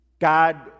God